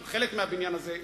של חלק מהבניין הזה,